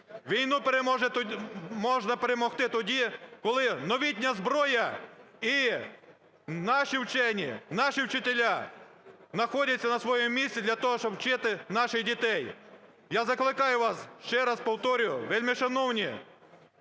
Війну можна перемогти тоді, коли новітня зброя і наші вчені, наші вчителі находяться на своєму місці для того, щоб вчити наших дітей. Я закликаю вас, ще раз повторюю, вельмишановні